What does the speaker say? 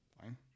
Fine